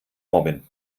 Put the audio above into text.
robin